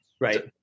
Right